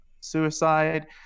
suicide